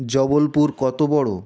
জবলপুর কতো বড়ো